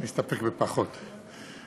נסתפק בפחות.